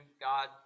God